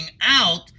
out